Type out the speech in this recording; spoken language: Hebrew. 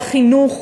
לחינוך,